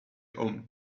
home